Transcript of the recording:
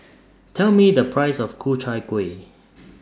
Tell Me The Price of Ku Chai Kueh